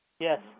Yes